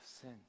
sin